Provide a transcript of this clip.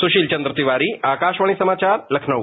सुशील चंद्र तिवारी आकाशवाणी समाचार लखनऊ